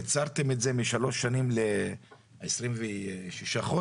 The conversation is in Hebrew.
קיצרתם את זה משלוש שנים ל-26 חודשים